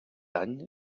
any